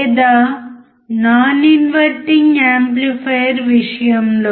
లేదా non inverting amplifier విషయంలో